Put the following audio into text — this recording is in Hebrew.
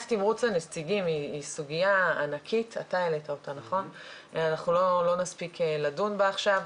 למה שלא יופיעו כל המבצעים?